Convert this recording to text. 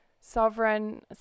sovereign